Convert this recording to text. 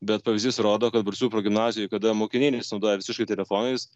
bet pavyzdys rodo kad balsių progimnazijoj kada mokiniai nesinaudoja visiškai telefonais